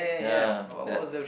ya that